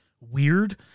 weird